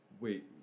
Wait